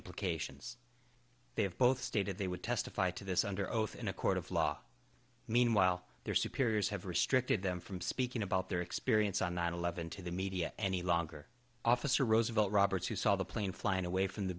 implications they have both stated they would testify to this under oath in a court of law meanwhile their superiors have restricted them from speaking about their experience on nine eleven to the media any longer officer roosevelt roberts who saw the plane flying away from the